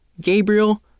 Gabriel